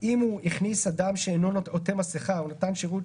אם הוא הכניס אדם שאינו עוטה מסכה או נתן שירות